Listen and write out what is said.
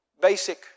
basic